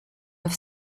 have